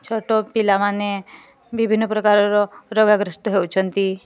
ଛୋଟ ପିଲାମାନେ ବିଭିନ୍ନ ପ୍ରକାରର ରୋଗାଗ୍ରସ୍ତ ହେଉଛନ୍ତି